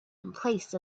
emplaced